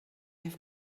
have